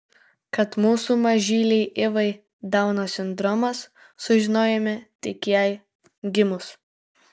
kad mūsų mažylei ivai dauno sindromas sužinojome tik jai gimus